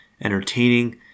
entertaining